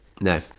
no